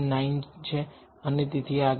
9 છે અને તેથી આગળ